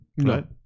right